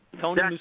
Tony